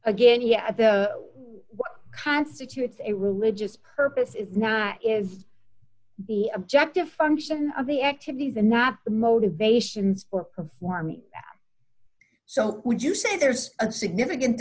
again what constitutes a religious purpose is not is the objective function of the activities and not the motivations for performing so would you say there's a significant